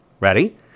Ready